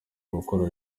gukora